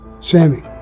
sammy